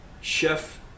Chef